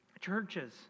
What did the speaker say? churches